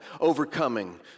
overcoming